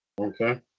Okay